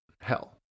hell